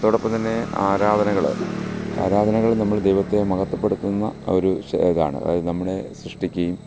അതോടൊപ്പംതന്നെ ആരാധനകള് ആരാധനകള് നമ്മള് ദൈവത്തെ മഹത്വപ്പെടുത്തുന്ന ഒരു ചെ ഇതാണ് നമ്മളെ സൃഷ്ടിക്കുകയും